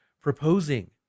proposing